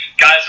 guys